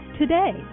today